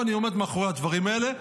ואני עומד מאחורי הדברים האלה,